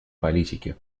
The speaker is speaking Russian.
политики